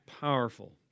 powerful